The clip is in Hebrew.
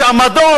יש עמדות.